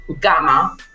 gamma